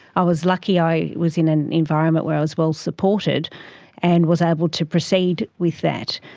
i was lucky i was in an environment where i was well supported and was able to proceed with that.